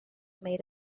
made